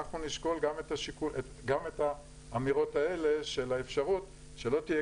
נשקול גם את האמירות האלה של האפשרות שלא תהיה